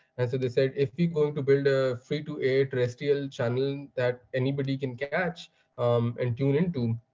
and so they said, if you're going to build a free to air to a still channel that anybody can catch um and tune into,